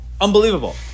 unbelievable